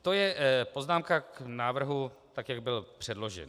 To je poznámka k návrhu tak, jak byl předložen.